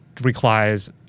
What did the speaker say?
requires